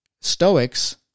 Stoics